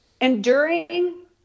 enduring